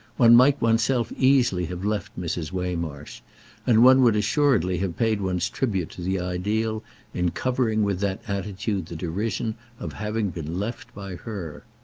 one might one's self easily have left mrs. waymarsh and one would assuredly have paid one's tribute to the ideal in covering with that attitude the derision of having been left by her.